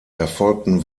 erfolgten